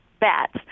Bats